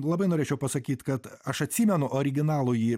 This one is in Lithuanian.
labai norėčiau pasakyt kad aš atsimenu originalųjį